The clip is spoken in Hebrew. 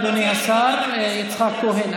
תודה, אדוני השר יצחק כהן.